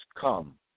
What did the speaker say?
come